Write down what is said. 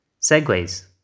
Segways